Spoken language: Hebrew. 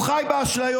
הוא חי באשליות.